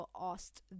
asked